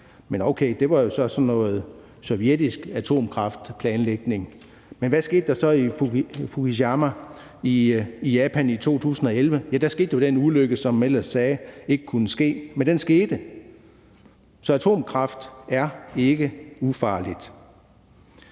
Men okay, det var jo så sådan noget sovjetisk atomkraftplanlægning. Men hvad skete der så i Fukushima i Japan i 2011? Der skete jo den ulykke, som man ellers sagde ikke kunne ske. Men den skete. Så atomkraft er ikke ufarligt.